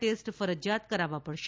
test ફરજિયાત કરાવવા પડશે